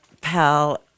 pal